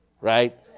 right